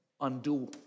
undo